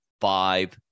five